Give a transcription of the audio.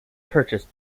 purchased